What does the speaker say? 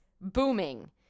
booming